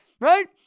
right